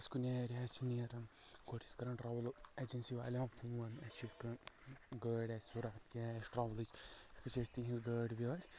أسۍ کُنہِ ایریا ہس چھُ نیران گۄڈٕ چھِ ٲسۍ کران ٹرٛاوٕل اٮ۪جنسی والین فون اسہِ چھُ یِتھ کٲنٹھۍ گٲڑۍ آسہِ ضروٗرت کینٛہہ آسہِ ٹرٛاولٕکۍ أسۍ ٲسۍ تِہنٛز گٲڑۍ نِوان